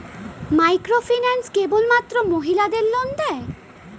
Microfinance কেবলমাত্র মহিলাদের loan দেয়?